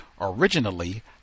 Originally